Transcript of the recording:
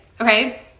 Okay